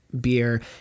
beer